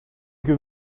give